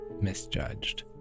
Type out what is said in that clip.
misjudged